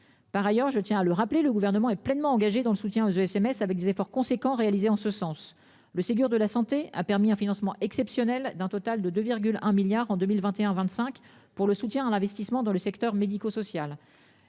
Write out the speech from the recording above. Par ailleurs, je tiens à le rappeler. Le gouvernement est pleinement engagée dans le soutien de SMS avec des efforts conséquents réalisés en ce sens le Ségur de la santé a permis un financement exceptionnel d'un total de 2,1 milliards en 2021, 25 pour le soutien à l'investissement dans le secteur médico-social